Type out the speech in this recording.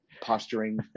posturing